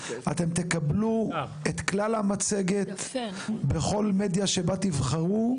אתם תקבלו את כלל המצגת בכל מדיה שבה תבחרו.